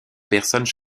personnes